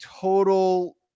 total